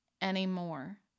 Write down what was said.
anymore